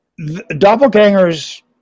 doppelgangers